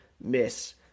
miss